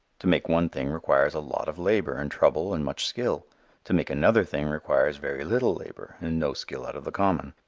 to make one thing requires a lot of labor and trouble and much skill to make another thing requires very little labor and no skill out of the common.